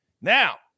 Now